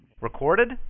Recorded